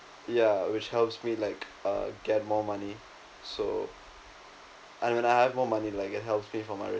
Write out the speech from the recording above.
ya which helps me like err get more money so I'm gonna have more money like it helps me for my